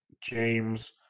James